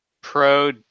pro